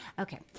Okay